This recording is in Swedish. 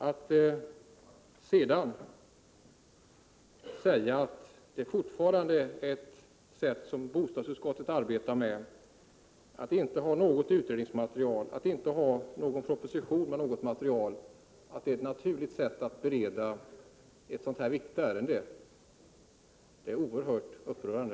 Att sedan vidhålla att bostadsutskottets sätt att arbeta — dvs. utan utredningsmaterial och utan någon proposition eller annat material som grund — är ett naturligt sätt att bereda ett så här viktigt ärende på är oerhört upprörande.